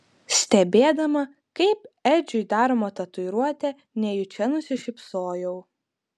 stebėdama kaip edžiui daroma tatuiruotė nejučia nusišypsojau